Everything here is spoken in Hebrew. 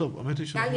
מדברים על המענים האלה